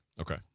Okay